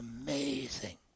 amazing